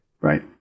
Right